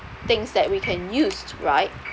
things that we can use right